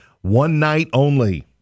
one-night-only